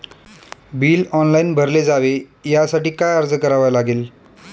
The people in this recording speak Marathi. बिल ऑनलाइन भरले जावे यासाठी काय अर्ज करावा लागेल?